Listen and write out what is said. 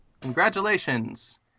Congratulations